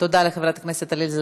תודה לחברת הכנסת עליזה לביא.